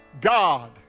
God